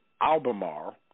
Albemarle